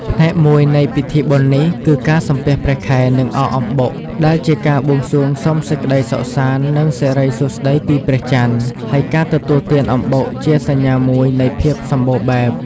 ផ្នែកមួយនៃពិធីបុណ្យនេះគឺការសំពះព្រះខែ និងអកអំបុក ដែលជាការបួងសួងសុំសេចក្ដីសុខសាន្ត និងសិរីសួស្ដីពីព្រះច័ន្ទ ហើយការទទួលទានអំបុកជាសញ្ញាមួយនៃភាពសម្បូរបែប។